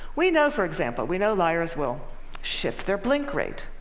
we know, for example, we know liars will shift their blink rate,